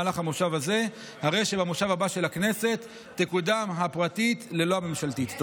הרי שבמושב הבא של הכנסת תקודם הפרטית ללא הממשלתית.